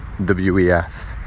WEF